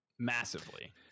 Massively